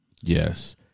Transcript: Yes